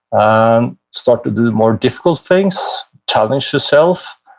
um start to do more difficult things, challenge yourself,